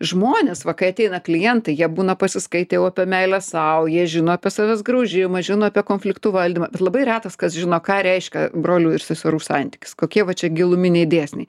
žmonės va kai ateina klientai jie būna pasiskaitę jau apie meilę sau jie žino apie savęs graužimą žino apie konfliktų valdymą ir labai retas kas žino ką reiškia brolių ir seserų santykius kokie va čia giluminiai dėsniai